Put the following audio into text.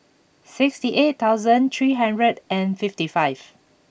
sixty eight thousand three hundred and fifty five